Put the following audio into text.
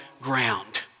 ground